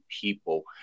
people